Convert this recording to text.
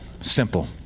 Simple